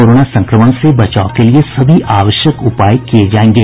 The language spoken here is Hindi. कोरोना संक्रमण से बचाव के लिए सभी आवश्यक उपाय किये जायेंगे